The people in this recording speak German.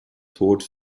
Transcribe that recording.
tod